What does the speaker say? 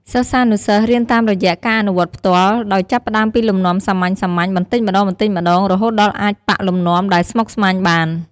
សិស្សានុសិស្សរៀនតាមរយៈ ការអនុវត្តផ្ទាល់ ដោយចាប់ផ្ដើមពីលំនាំសាមញ្ញៗ បន្តិចម្ដងៗ រហូតដល់អាចប៉ាក់លំនាំដែលស្មុគស្មាញបាន។